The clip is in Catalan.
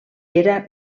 era